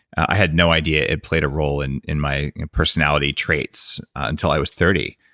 i had no idea it played a role in in my personality traits until i was thirty.